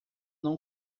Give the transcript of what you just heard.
não